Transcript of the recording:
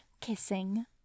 kissing